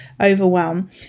overwhelm